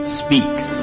speaks